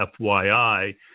FYI